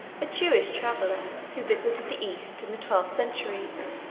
a jewish traveller, who visited the east in the twelfth century,